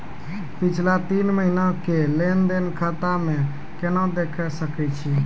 पिछला तीन महिना के लेंन देंन खाता मे केना देखे सकय छियै?